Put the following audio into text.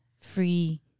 free